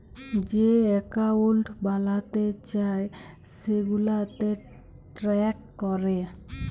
যে একাউল্ট বালাতে চায় সেগুলাকে ট্র্যাক ক্যরে